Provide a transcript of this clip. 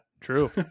true